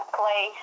play